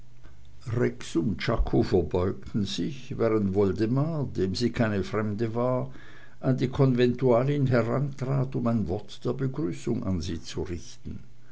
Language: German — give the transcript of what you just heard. rex und czako verbeugten sich während woldemar dem sie keine fremde war an die konventualin herantrat um ein wort der begrüßung an sie zu richten